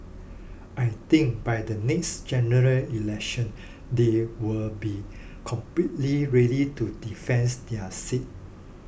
I think by the next General Election they will be completely ready to defence their seats